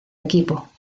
equipo